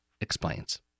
explains